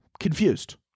Confused